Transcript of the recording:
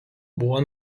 buvo